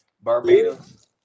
Barbados